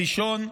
הראשון,